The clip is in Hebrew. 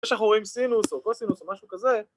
‫שאנחנו רואים סינוס או קוסינוס ‫או משהו כזה...